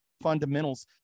fundamentals